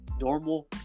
normal